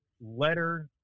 letter